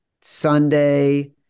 Sunday